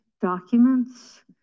documents